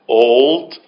old